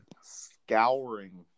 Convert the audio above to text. scouring